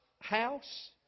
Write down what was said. house